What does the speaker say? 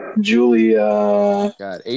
Julia